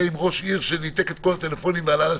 עם ראש עיר שניתק את כל הטלפונים ונעלם.